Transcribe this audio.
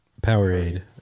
Powerade